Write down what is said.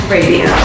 Radio